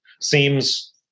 seems